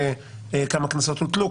כמה קנסות הוטלו?